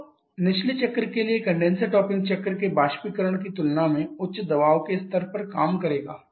तो निचले चक्र के लिए कंडेनसर टॉपिंग चक्र के बाष्पीकरण की तुलना में उच्च दबाव के स्तर पर काम करेगा